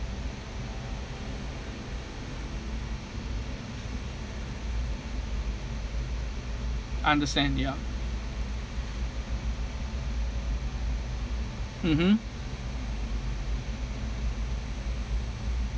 understand ya mmhmm